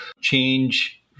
change